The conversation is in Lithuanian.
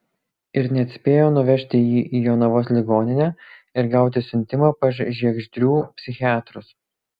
ir net spėjo nuvežti jį į jonavos ligoninę ir gauti siuntimą pas žiegždrių psichiatrus